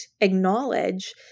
acknowledge